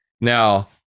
Now